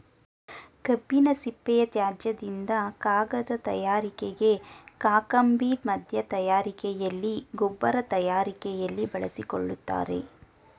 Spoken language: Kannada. ಕಬ್ಬಿನ ಸಿಪ್ಪೆಯ ತ್ಯಾಜ್ಯದಿಂದ ಕಾಗದ ತಯಾರಿಕೆಗೆ, ಕಾಕಂಬಿ ಮಧ್ಯ ತಯಾರಿಕೆಯಲ್ಲಿ, ಗೊಬ್ಬರ ತಯಾರಿಕೆಯಲ್ಲಿ ಬಳಸಿಕೊಳ್ಳುತ್ತಾರೆ